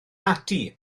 ati